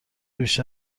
بیشتر